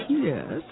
Yes